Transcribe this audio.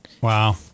Wow